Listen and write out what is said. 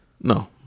No